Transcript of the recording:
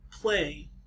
play